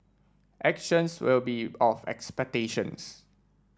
actions will be of expectations